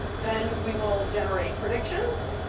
then we will generate predictions.